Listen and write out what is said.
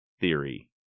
theory